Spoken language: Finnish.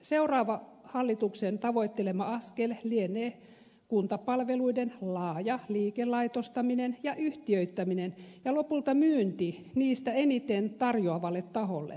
seuraava hallituksen tavoittelema askel lienee kuntapalveluiden laaja liikelaitostaminen ja yhtiöittäminen ja lopulta myynti niistä eniten tarjoavalle taholle